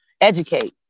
educate